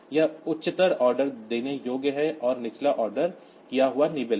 यह उच्चतर ऑर्डर देने योग्य है और निचला ऑर्डर किया हुआ निबल है